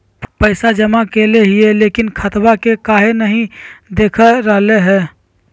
पैसा जमा कैले हिअई, लेकिन खाता में काहे नई देखा रहले हई?